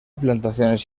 plantaciones